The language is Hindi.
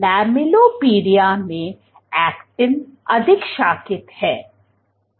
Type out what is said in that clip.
लैमेलिपोडिया में एक्टिन अधिक शाखित है